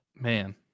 man